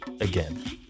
again